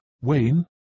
Wayne